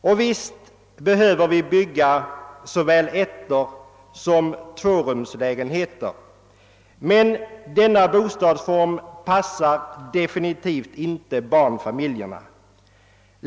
Och visst behöver vi bygga såväl ensom tvårumslägenheter, men denna bostadsform passar definitivt inte barnfamiljerna.